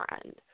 friend